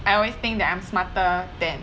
I always think that I'm smarter than